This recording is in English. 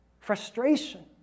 Frustration